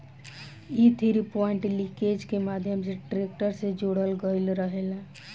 इ three point linkage के माध्यम से ट्रेक्टर से जोड़ल गईल रहेला